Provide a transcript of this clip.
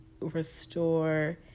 restore